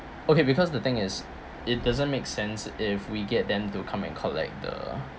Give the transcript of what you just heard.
okay because the thing is it doesn't make sense if we get them to come and collect the